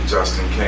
Justin